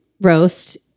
roast